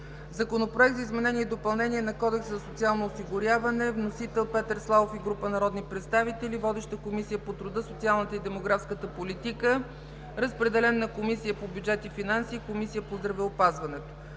Законопроект за изменение и допълнение на Кодекса за социално осигуряване. Вносител – Петър Славов и група народни представители. Водеща е Комисията по труда, социалната и демографската политика. Разпределен е и на Комисията по бюджет и финанси, и на Комисията по здравеопазването.